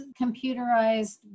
computerized